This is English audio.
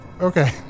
Okay